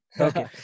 Okay